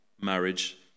marriage